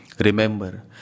Remember